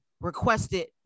requested